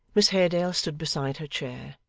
miss haredale stood beside her chair,